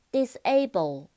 Disable